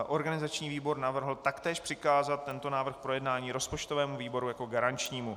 Organizační výbor navrhl taktéž tento návrh k projednání rozpočtovému výboru jako garančnímu.